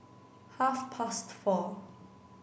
half past four